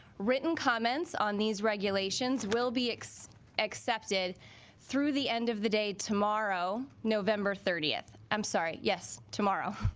written comments on these regulations will be like so accepted through the end of the day tomorrow november thirtieth i'm sorry yes tomorrow